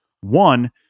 One